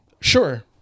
sure